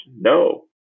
no